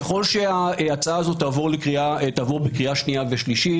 ככל שההצעה הזו תעבור בקריאה שנייה ושלישית,